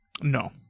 No